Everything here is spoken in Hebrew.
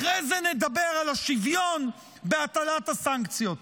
אחרי זה נדבר על השוויון בהטלת הסנקציות.